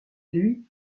lui